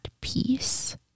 peace